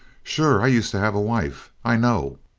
sure. i used to have a wife. i know.